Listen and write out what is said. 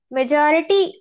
Majority